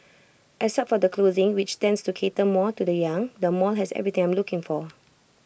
except for the clothing which tends to cater more to the young the mall has everything I am looking for